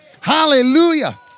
Hallelujah